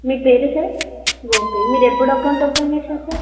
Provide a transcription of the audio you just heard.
మీ పేరు సార్ గోపి మీరు ఎప్పుడు అకౌంట్ ఓపెన్ చేశారు సార్